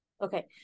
okay